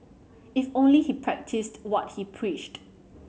if only he practised what he preached